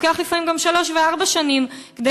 לוקח לפעמים גם שלוש וארבע שנים כדי